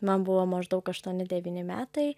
man buvo maždaug aštuoni devyni metai